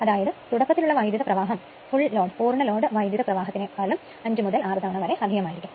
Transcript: അതായത് തുടക്കത്തിൽ ഉള്ള വൈദ്യുത പ്രവാഹം മുഴുവൻ ലോഡ് വൈദ്യുത പ്രവാഹത്തിനെ കാട്ടിലും 5 മുതൽ 6 തവണ അധികം ആയിരിക്കും